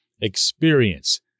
experience